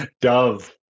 Dove